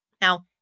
Now